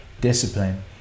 discipline